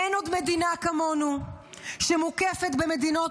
אין עוד מדינה כמונו שמוקפת במדינות